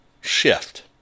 shift